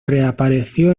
reapareció